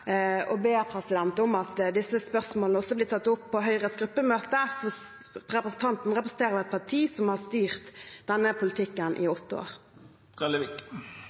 blir tatt opp i Høyres gruppemøte, for representanten representerer et parti som har styrt denne politikken i åtte år.